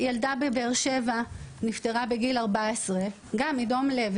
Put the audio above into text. ילדה בבאר שבע נפטרה בגיל 14 גם מדום לב.